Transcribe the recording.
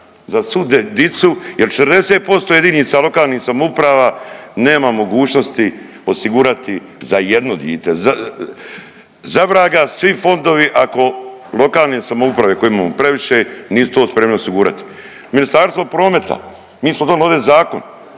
za svu dicu jer 40% jedinica lokalnih samouprava nema mogućnosti osigurati za jedno dite. Zavraga svi fondovi ako lokalne samouprave kojih imamo previše nisu to spremne osigurati. Ministarstvo prometa, mi smo donili ovdje zakon